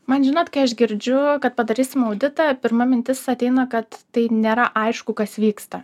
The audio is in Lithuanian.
man žinot kai aš girdžiu kad padarysim auditą pirma mintis ateina kad tai nėra aišku kas vyksta